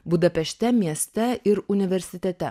budapešte mieste ir universitete